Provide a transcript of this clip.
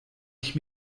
ich